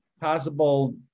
possible